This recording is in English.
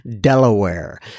delaware